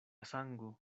sango